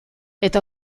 eta